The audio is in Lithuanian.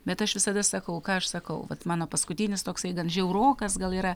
bet aš visada sakau ką aš sakau vat mano paskutinis toksai gan žiaurokas gal yra